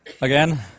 again